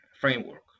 framework